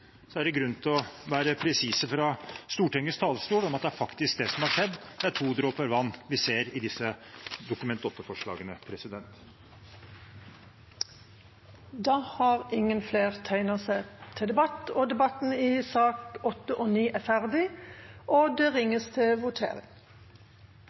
er det grunn til å være presis fra Stortingets talerstol om at det faktisk er det som har skjedd – det er to dråper vann vi ser i disse Dokument 8-forslagene. Flere har ikke bedt om ordet til sakene nr. 8 og 9. Stortinget er da klar til å gå til votering. Under debatten er det